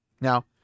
Now